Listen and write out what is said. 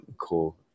cool